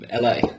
LA